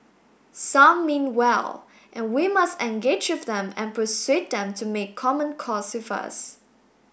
some mean well and we must engage with them and persuade them to make common cause with us